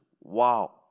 wow